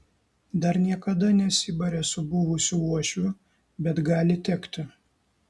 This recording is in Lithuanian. dar niekada nesibarė su buvusiu uošviu bet gali tekti